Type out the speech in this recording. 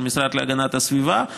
של המשרד להגנת הסביבה,